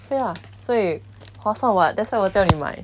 对 lah 所以划算 [what] that's why 我叫你买